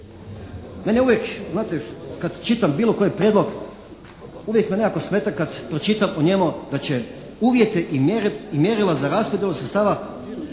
meni uvijek znate kad čitam bilo koji prijedlog, uvijek me nekako smeta kad pročitam u njemu da će uvjete i mjerila za raspodjelu sredstava